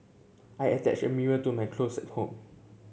I attached a mirror to my closet home